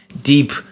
deep